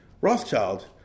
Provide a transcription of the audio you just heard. Rothschild